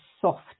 soft